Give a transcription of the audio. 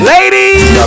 Ladies